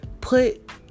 put